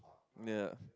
yeah